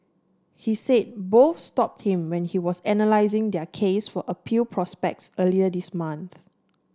he said both stopped him when he was analysing their case for appeal prospects earlier this month